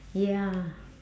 ya